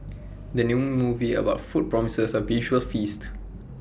the new movie about food promises A visual feast